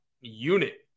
unit